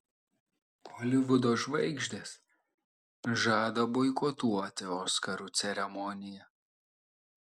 holivudo žvaigždės žada boikotuoti oskarų ceremoniją